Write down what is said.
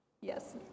Yes